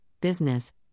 business